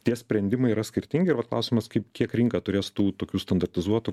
tie sprendimai yra skirtingi ir vat klausimas kaip kiek rinka turės tų tokių standartizuotų